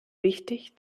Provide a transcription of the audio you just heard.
wichtig